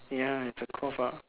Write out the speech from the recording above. ya it's a cop out